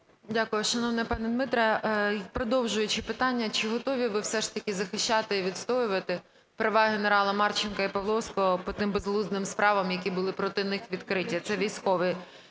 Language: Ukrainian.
Дякую. Шановний пане Дмитре, продовжуючи питання, чи готові ви все ж таки захищати і відстоювати права генерала Марченка і Павловського по тим безглуздим справам, які були проти них відкриті? Це військові.